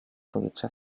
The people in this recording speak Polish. powietrza